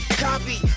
copy